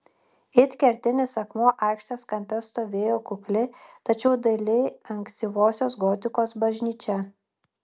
it kertinis akmuo aikštės kampe stovėjo kukli tačiau daili ankstyvosios gotikos bažnyčia